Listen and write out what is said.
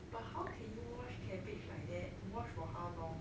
but how can you wash cabbage like that wash for how long